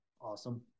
awesome